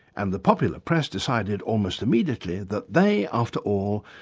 and the popular press decided almost immediately that they, after all,